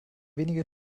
wenige